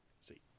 See